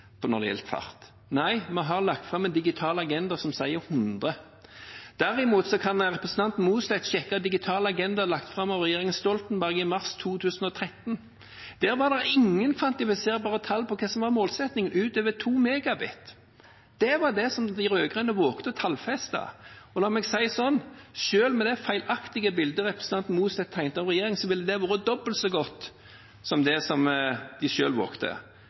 når det gjelder fart. Nei, vi har lagt fram en Digital agenda som sier 100 Mbit/s. Derimot kan representanten Mossleth sjekke Digital agenda lagt fram av Regjeringen Stoltenberg i mars 2013. Der var det ingen kvantifiserbare tall på hva som var målsettingen utover 2 Mbit/s. Det var det de rød-grønne våget å tallfeste. Og la meg si det slik: Selv med det feilaktige bildet representanten Mossleth tegnet av regjeringen, ville det vært dobbelt så godt som det de